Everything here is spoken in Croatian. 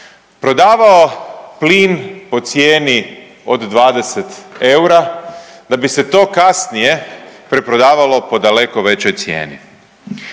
prodavao plin po cijeni od 20 eura da bi se to kasnije preprodavalo po daleko većoj cijeni.